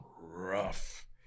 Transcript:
rough